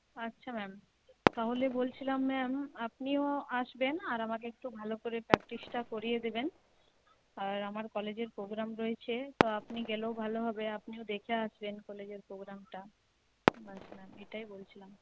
আচ্ছা ম্যাম তাহলে বলছিলাম ম্যাম আপনিও আসবেন আর আমাকে একটু ভালো করে প্র্যাকটিসটা করিয়ে দেবেন আর আমার কলেজের প্রোগ্রাম রয়েছে তো আপনি গেলেও ভালো হবে আপনিও দেখে আসবেন কলেজের প্রোগ্রামটা ব্যাস ম্যাম এটাই বলছিলাম